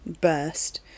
burst